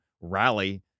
rally